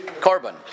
carbon